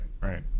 right